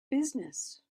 business